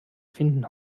finden